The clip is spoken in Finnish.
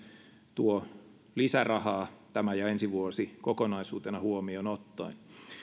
tuo lisärahaa tämä ja ensi vuosi kokonaisuutena huomioon ottaen